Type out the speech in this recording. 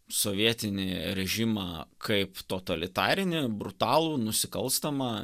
sovietinį režimą kaip totalitarinį brutalų nusikalstamą